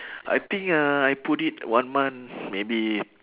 I think ah I put it one month maybe